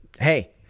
hey